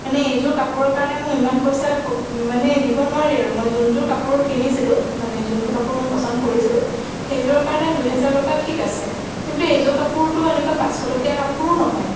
মানে এইযোৰ কাপোৰৰ কাৰণে মই ইমান পইচা মানে দিব নোৱাৰি আৰু মই যোনযোৰ কাপোৰ কিনিছিলোঁ মানে যোনযোৰ কাপোৰ মই পচন্দ কৰিছিলোঁ সেইযোৰৰ কাৰণে দুহেজাৰ টকা ঠিক আছে কিন্তু এইযোৰ কাপোৰটো এনেকুৱা পাঁচশ টকীয়া কাপোৰো নহয়